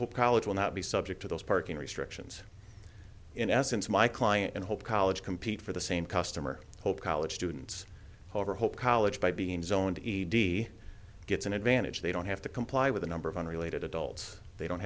whole college will not be subject to those parking restrictions in essence my client and hope college compete for the same customer hope college students over hope college by being zoned e d gets an advantage they don't have to comply with a number of unrelated adults they don't